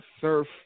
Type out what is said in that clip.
Surf